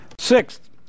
Sixth